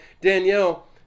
Danielle